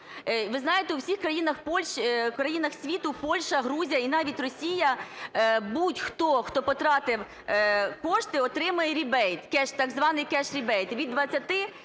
Ви знаєте, у всіх країнах світу: Польща, Грузія і навіть Росія, будь-хто, хто потратив кошти, отримує рібейт, так званий кеш-рібейт, від 20